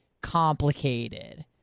complicated